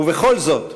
ובכל זאת,